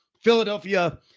Philadelphia